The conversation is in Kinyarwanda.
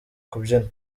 kubyina